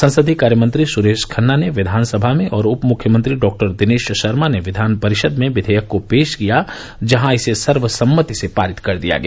संसदीय कार्य मंत्री सुरेश खन्ना ने विधान सभा में और उप मुख्यमंत्री डॉ दिनेश शर्मा ने विधान परिषद में विवेयक को पेश किया जहां इसे सर्वसम्मति से पारित कर दिया गया